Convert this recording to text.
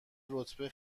رتبه